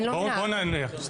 בוא נענה.